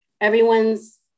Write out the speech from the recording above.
everyone's